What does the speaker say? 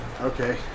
Okay